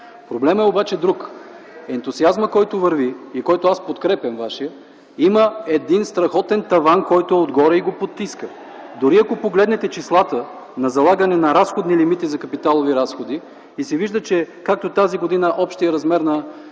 Проблемът обаче е друг. Вашият ентусиазъм, който върви и аз подкрепям, има страхотен таван, който е отгоре и го потиска. Дори ако погледнете числата на залагане на разходни лимити за капиталови разходи, се вижда, че както тази година общият размер на